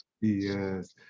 Yes